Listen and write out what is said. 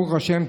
ברוך השם,